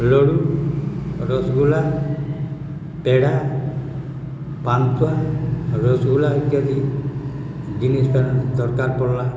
ଲଡ଼ୁ ରସଗୋଲା ପେଡ଼ା ପାନ୍ତୁଆ ରସଗୋଲା ଇତ୍ୟାଦି ଜିନିଷଟା ଦରକାର୍ ପଡ଼ିଲା